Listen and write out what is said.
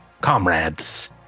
comrades